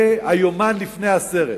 זה היומן שלפני הסרט.